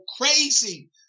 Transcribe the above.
crazy